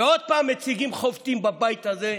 ועוד פעם חובטים בבית הזה,